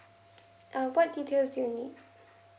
uh what details do you need